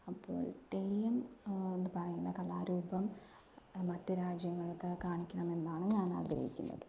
അപ്പോൾ തെയ്യം എന്ന് പറയുന്ന കലാരൂപം മറ്റു രാജ്യങ്ങൾക്ക് കാണിക്കണമെന്നാണ് ഞാൻ ആഗ്രഹിക്കുന്നത്